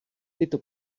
tyto